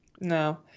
no